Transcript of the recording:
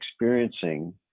experiencing